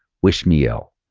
wish me ill,